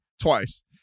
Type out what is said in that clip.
twice